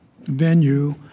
venue